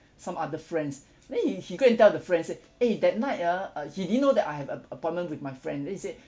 some other friends then he he go and tell the friends say eh that night ah uh he didn't know that I have a appointment with my friend then he said